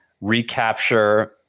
recapture